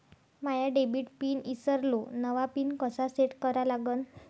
माया debit pin ईसरलो, नवा pin कसा सेट करा लागन?